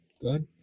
Good